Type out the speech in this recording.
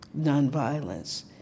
nonviolence